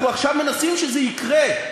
אנחנו עכשיו מנסים שזה יקרה.